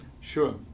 Sure